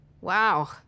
Wow